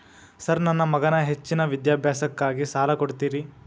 Sir ನನ್ನ ಮಗನ ಹೆಚ್ಚಿನ ವಿದ್ಯಾಭ್ಯಾಸಕ್ಕಾಗಿ ಸಾಲ ಕೊಡ್ತಿರಿ?